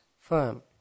firm